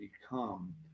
become